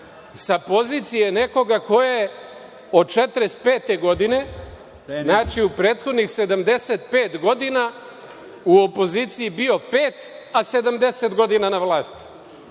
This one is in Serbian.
sa pozicije nekoga ko je od 1945. godine, znači, u prethodnih 75 godina, u opoziciji bio pet, a 70 godina na vlasti.